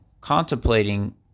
contemplating